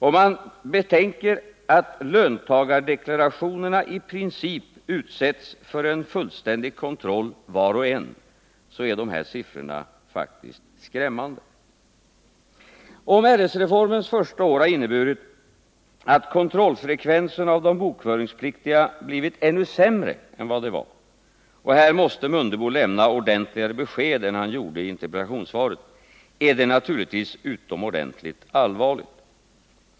Om man betänker att löntagardeklarationerna i princip utsätts för en fullständig kontroll var och en, är dessa siffror faktiskt skrämmande. Om RS-reformens första år inneburit att kontrollfrekvensen av de bokföringspliktiga blivit ännu sämre än den var tidigare — här måste herr Mundebo lämna ordentligare besked än han gjorde i interpellationssvaret — är det naturligtvis utomordentligt allvarligt.